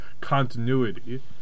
continuity